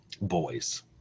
boys